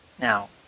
Now